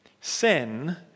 Sin